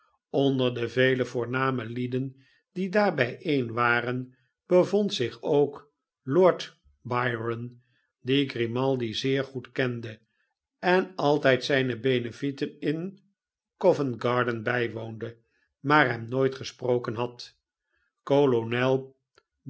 onder de vele voorname lieden die daar bijeen waren bevond zich ook lord byron die grimaldi zeer goed kende en altijd zijne benefleten in covent-garden bijwoonde maar hem nooit gesproken had